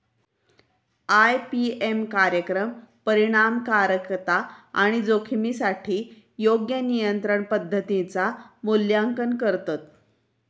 IPM कार्यक्रम परिणामकारकता आणि जोखमीसाठी योग्य नियंत्रण पद्धतींचा मूल्यांकन करतत